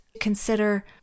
consider